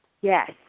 Yes